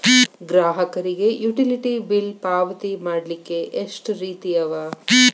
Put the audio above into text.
ಗ್ರಾಹಕರಿಗೆ utility bill ಪಾವತಿ ಮಾಡ್ಲಿಕ್ಕೆ ಎಷ್ಟ ರೇತಿ ಅವ?